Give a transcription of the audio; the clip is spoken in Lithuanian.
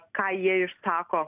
ką jie išsako